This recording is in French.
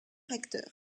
acteur